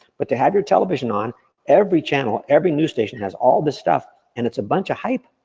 but to have your television on every channel, every news station has all this stuff, and it's a bunch of hype,